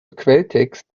quelltext